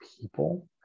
people